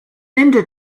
linda